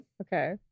okay